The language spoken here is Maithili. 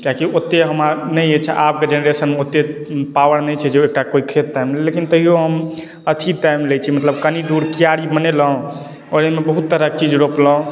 किआकी ओतेक हमरा नहि अछि आबके जेनेरशनमे ओतेक पावर नहि छै जे ओ एकटा कोइ खेत तामि लै लेकिन तैयो हम अथी तामि लैत छी मतलब कनी दूर क्यारी बनेलहुँ ओहिमे बहुत तरहक चीज रोपलहुँ